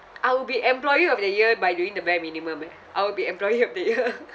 I will be employee of the year by doing the bare minimum eh I will be employee of the year